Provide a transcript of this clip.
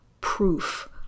proof